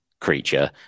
creature